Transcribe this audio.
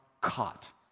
caught